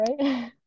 right